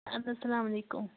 اَدٕ حظ السلام علیکُم